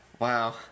Wow